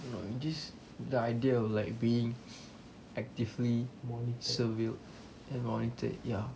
I don't know in this the idea of like being actively surveilled and monitored ya